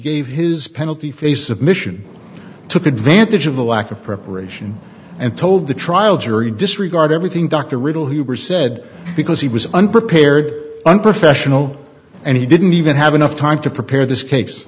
gave his penalty phase submission took advantage of the lack of preparation and told the trial jury disregard everything dr riddell huber said because he was unprepared unprofessional and he didn't even have enough time to prepare th